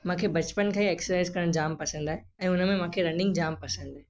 मूंखे बचपन खां ई एक्सरसाइज़ करणु जाम पसंदि आहे ऐं हुन में मूंखे रनिंग जाम पसंदि आहे